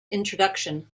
introduction